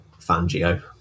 Fangio